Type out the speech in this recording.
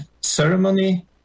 ceremony